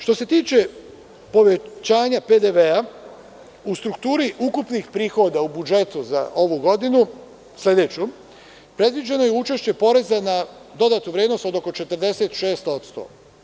Što se tiče povećanja PDV-a, u strukturi ukupnih prihoda u budžetu za sledeću godinu, predviđeno je učešće poreza na dodatu vrednost od oko 46%